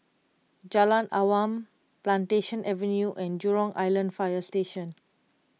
Jalan Awan Plantation Avenue and Jurong Island Fire Station